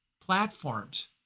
platforms